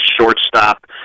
shortstop